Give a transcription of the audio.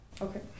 Okay